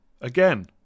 again